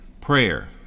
prayer